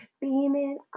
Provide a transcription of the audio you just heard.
beaming